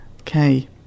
Okay